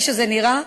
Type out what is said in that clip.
כפי שזה נראה,